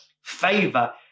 favor